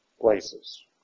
places